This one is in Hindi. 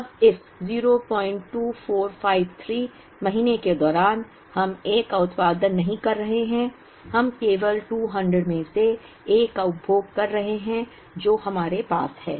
अब इस 02453 महीने के दौरान हम A का उत्पादन नहीं कर रहे हैं हम केवल 200 में से A का उपभोग कर रहे हैं जो हमारे पास है